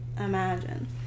imagine